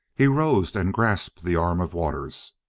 he rose and grasped the arm of waters.